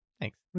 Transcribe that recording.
Thanks